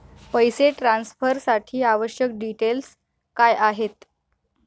पैसे ट्रान्सफरसाठी आवश्यक डिटेल्स काय आहेत?